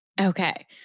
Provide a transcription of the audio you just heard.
Okay